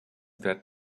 that